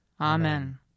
Amen